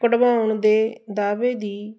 ਕਢਵਾਉਣ ਦੇ ਦਾਅਵੇ ਦੀ